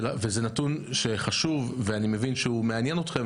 זה נתון שהוא חשוב, ואני מבין שהוא מעניין אתכם